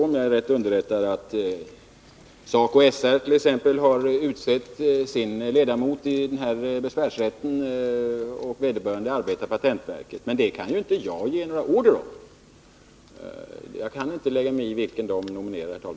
Om jag är rätt underrättad hart.ex. SACO/SR utsett en person som arbetar i patentverket till ledamot av tjänsteförslagsnämnden. Men detta kan ju inte jag ge några order om. Jag kan, herr talman, inte lägga mig i nomineringen.